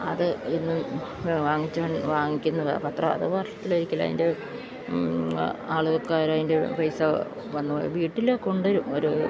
അത് ഇന്നും വാങ്ങിക്കുന്ന പത്രമാണ് അത് വർഷത്തിലൊരിക്കല് അതിൻ്റെ ആ ആള്ക്കാര് അതിൻ്റെ പൈസ വന്ന് വീട്ടില് കൊണ്ടുവരും ഒരു